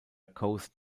coast